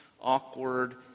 awkward